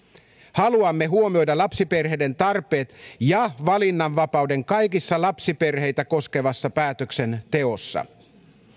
haluamme huomioida lapsiperheiden tarpeet ja valinnanvapauden kaikessa lapsiperheitä koskevassa päätöksenteossa